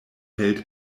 held